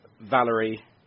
Valerie